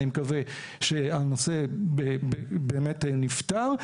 אני מקווה שהנושא באמת נפתר,